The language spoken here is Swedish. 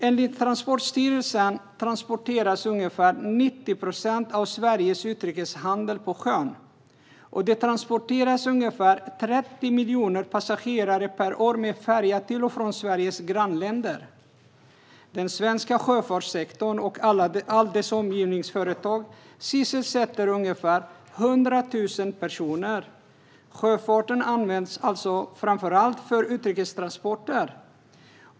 Enligt Transportstyrelsen transporteras ungefär 90 procent av Sveriges utrikeshandel på sjön, och ungefär 30 miljoner passagerare per år transporteras med färja till och från Sveriges grannländer. Den svenska sjöfartssektorn och alla omgivande företag sysselsätter ungefär 100 000 personer. Sjöfarten används alltså framför allt för utrikestransporter.